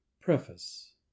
Preface